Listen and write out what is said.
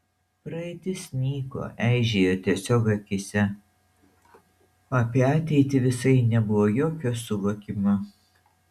praeitis nyko eižėjo tiesiog akyse o apie ateitį visai nebuvo jokio suvokimo